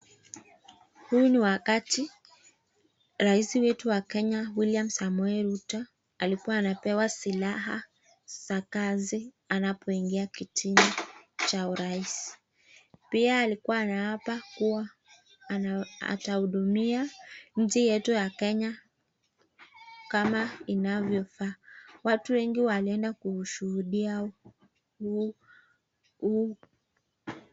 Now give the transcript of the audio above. Huu ni wakati Rais wetu wa Kenya William Samoei Ruto alikuwa anapewa silaha za kazi anapoingia kitini cha urais. Pia alikuwa anawapa kuwa atahudumia nchi yetu ya Kenya kama inavyofaa. Watu wengi walienda kushuhudia huu